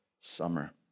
summer